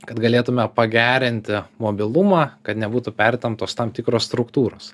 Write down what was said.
kad galėtume pagerinti mobilumą kad nebūtų pertemptos tam tikros struktūros